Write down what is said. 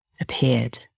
appeared